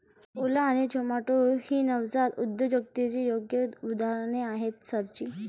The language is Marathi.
ओला आणि झोमाटो ही नवजात उद्योजकतेची योग्य उदाहरणे आहेत सर जी